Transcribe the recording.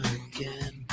again